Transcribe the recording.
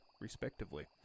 respectively